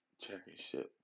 championship